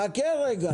חכה רגע.